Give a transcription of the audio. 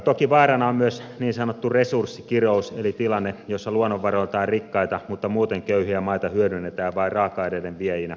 toki vaarana on myös niin sanottu resurssikirous eli tilanne jossa luonnonvaroiltaan rikkaita mutta muuten köyhiä maita hyödynnetään vain raaka aineiden viejinä